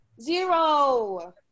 zero